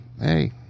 hey